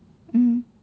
mm